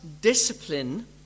discipline